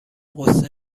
غصه